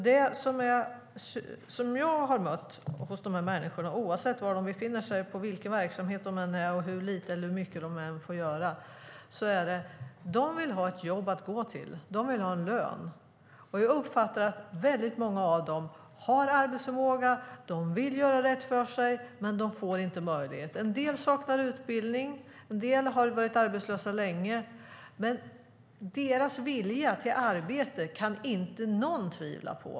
Det som jag har mött hos dessa människor, oavsett var de befinner sig, på vilken verksamhet de än är och hur lite eller mycket de än får göra, är att de vill ha ett jobb att gå till. De vill ha en lön. Jag uppfattar att väldigt många av dem har arbetsförmåga. De vill göra rätt för sig, men de får inte den möjligheten. En del saknar utbildning och en del har varit arbetslösa länge, men deras vilja till arbete kan inte någon tvivla på.